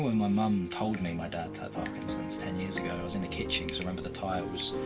my mum told me my dad had parkinson's, ten years ago, i was in the kitchen, cause i remember the tiles.